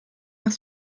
nach